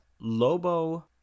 lobo